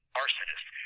arsonist